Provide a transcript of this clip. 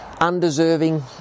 undeserving